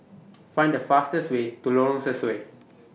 Find The fastest Way to Lorong Sesuai